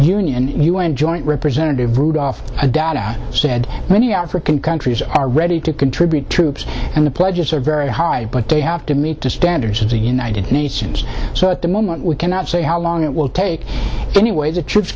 union un joint representative rudolph data said many african countries are ready to contribute troops and the pledges are very high but they have to meet the standards of the united nations so at the moment we cannot say how long it will take anyway the troop